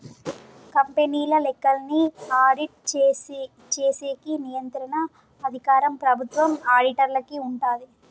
కంపెనీల లెక్కల్ని ఆడిట్ చేసేకి నియంత్రణ అధికారం ప్రభుత్వం ఆడిటర్లకి ఉంటాది